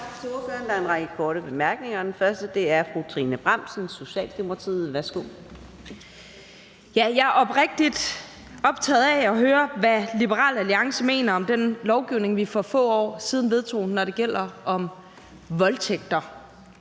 Jeg er oprigtig optaget af at høre, hvad Liberal Alliance mener om den lovgivning, vi for få år siden vedtog, når det gælder voldtægter.